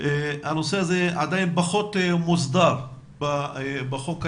הנושא הזה עדיין פחות מוסדר בחוק הישראלי.